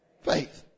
faith